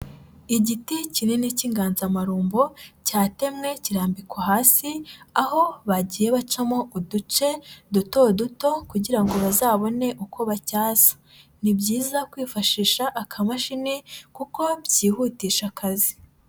Igiti kinini cy'inganzamarumbo cyatemwe kirambikwa hasi aho bagiye bacamo uduce duto duto kugira ngo bazabone uko bacyasa, ni byiza kwifashisha akamashini kuko byihutisha akazi.